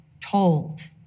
told